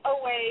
away